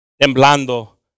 temblando